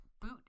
boot